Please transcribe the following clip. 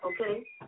okay